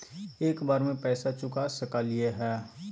एक बार में पैसा चुका सकालिए है?